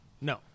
No